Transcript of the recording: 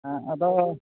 ᱦᱮᱸ ᱟᱫᱚ